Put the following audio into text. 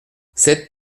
sept